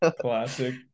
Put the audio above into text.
Classic